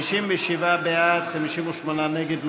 57 בעד, 58 נגד.